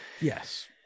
Yes